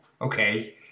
okay